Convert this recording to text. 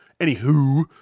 Anywho